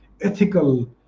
ethical